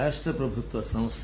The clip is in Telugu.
రాష్ట ప్రభుత్వ సంస్ద